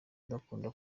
udakunda